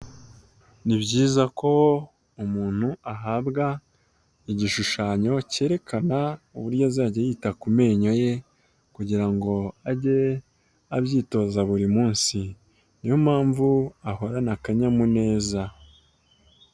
Ni byiza ko umuntu ahabwa igishushanyo kerekana uburyo azajya yita ku menyo ye kugira ngo age abyitoza buri munsi, ni yo mpamvu ahorana akanyamuneza.